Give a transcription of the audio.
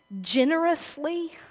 generously